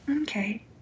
Okay